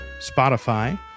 Spotify